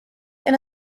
and